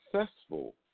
successful